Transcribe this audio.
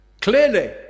Clearly